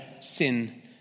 sin